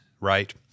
right